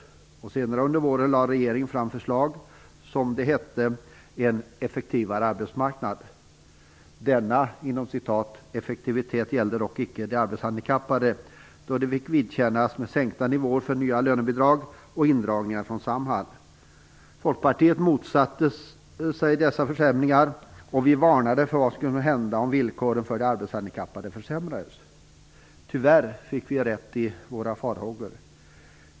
Senare under våren lade regeringen fram förslag om - som det hette "effektivitet" gällde dock inte de arbetshandikappade då de fick vidkännas sänkta nivåer för nya lönebidrag och indragningar från Samhall. Folkpartiet motsatte sig dessa försämringar. Vi varnade för vad som kunde hända om villkoren för arbetshandikappade försämrades. Tyvärr fick vi rätt i våra farhågor.